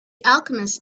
alchemist